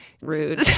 rude